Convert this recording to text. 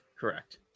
Correct